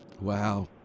Wow